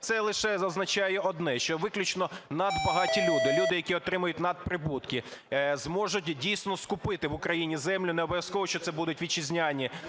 Це лише зазначає одне, що виключно надбагаті люди, люди, які отримують надприбутки, зможуть дійсно скупити в Україні землю. Не обов'язково, що це будуть вітчизняні